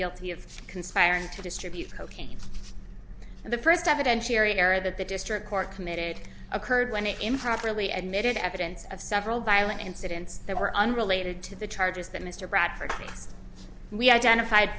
guilty of conspiring to distribute cocaine and the first evidentiary error that the district court committed occurred when it improperly admitted evidence of several violent incidents that were unrelated to the charges that mr bradford we identified